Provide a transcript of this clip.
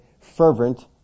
fervent